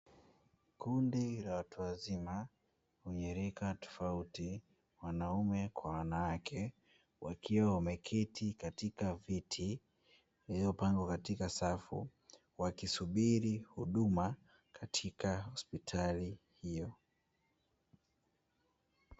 Kundi la watu wazima wenye rika tofauti wanaume kwa wanawake wakiwa wameketi katika viti, vilivopangwa katika safu. Wakisubiri huduma katika hospitali hiyo.